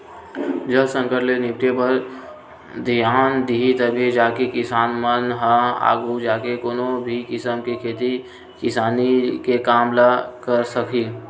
जल संकट ले निपटे बर धियान दिही तभे जाके किसान मन ह आघू जाके कोनो भी किसम के खेती किसानी के काम ल करे सकही